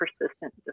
persistent